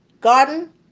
garden